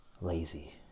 Lazy